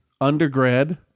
undergrad